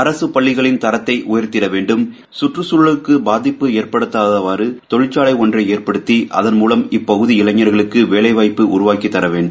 ஆகு பள்ளிகள் பள்ளிகளின் தூத்தை உயர்த்திட வேண்டும் கற்றக்கழலுக்கு பாதிப்பு எற்படுத்தாகவாறு தொழிற்சாலை ஒன்றை ஏற்படுத்தி அதன்மூலம் இப்புகுதி இளைஞர்களுத்து வேலைவாய்ப்பு உருவாக்கித்தா வேண்டும்